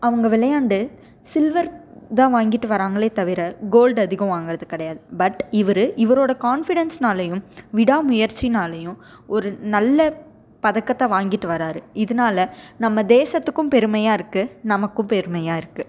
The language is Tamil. அவங்க விளையாண்டு சில்வர் தான் வாங்கிட்டு வர்றாங்களே தவிர கோல்ட் அதிகம் வாங்கிறது கிடையாது பட் இவர் இவரோடய கான்ஃபிடன்ஸ்னாளையும் விடா முயற்சினாலையும் ஒரு நல்ல பதக்கத்தை வாங்கிட்டு வர்றார் இதனால நம்ம தேசத்துக்கும் பெருமையாக இருக்குது நமக்கும் பெருமையாக இருக்குது